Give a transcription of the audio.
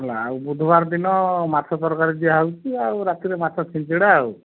ହେଲା ଆଉ ବୁଧବାର ଦିନ ମାଛ ତରକାରୀ ଦିଆ ହେଉଛି ଆଉ ରାତିରେ ମାଛ ଛିଞ୍ଚଡ଼ା ଆଉ